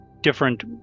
different